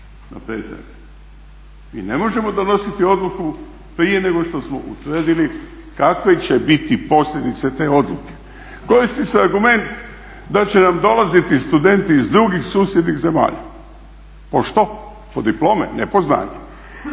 na pretrage. I ne možemo donositi odluku prije nego što smo utvrdili kakve će biti posljedice te odluke. Koristi se argument da će nam dolaziti studenti iz drugih susjednih zemalja, po što? Po diplome, ne po znanje.